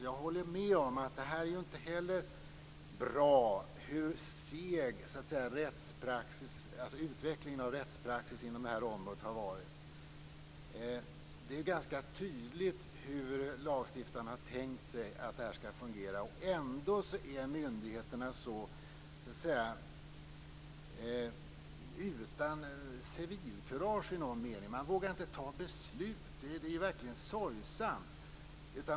Jag håller med om att den sega utvecklingen av rättspraxis inom det här området inte heller är bra. Det är ganska tydligt hur lagstiftarna har tänkt sig att det här skall fungera. Ändå har myndigheterna så litet civilkurage. Man vågar inte fatta beslut. Det är verkligen sorgesamt!